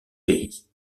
pays